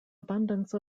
abundance